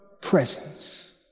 presence